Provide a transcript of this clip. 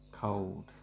Cold